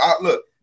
Look